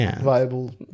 viable